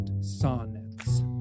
sonnets